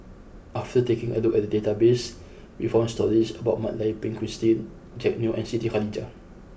after taking a look at the database we found stories about Mak Lai Peng Christine Jack Neo and Siti Khalijah